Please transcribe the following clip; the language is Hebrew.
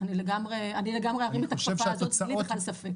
אני לגמרי ארים את הכפפה הזאת בלי בכלל ספק.